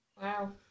Wow